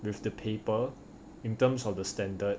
with the paper in terms of the standard